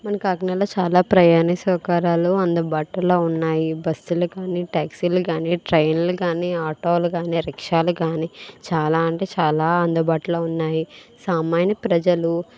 మన కాకినాడలో చాలా ప్రయాణ సౌకర్యాలు అందుబాటులో ఉన్నాయి బస్సులు కానీ టాక్సీలు కానీ ట్రైన్లు కానీ ఆటోలు కానీ రిక్షాలు కానీ చాలా అంటే చాలా అందుబాటులో ఉన్నాయి సామాన్య ప్రజలు